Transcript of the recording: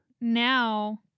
now